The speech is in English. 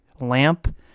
lamp